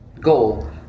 goal